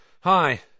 Hi